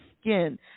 skin